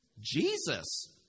Jesus